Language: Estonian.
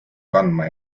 kandma